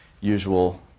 usual